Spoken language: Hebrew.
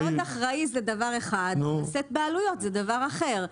להיות אחראי זה דבר אחד, לשאת בעלויות זה דבר אחר.